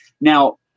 Now